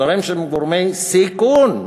דברים שהם גורמי סיכון,